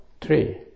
Three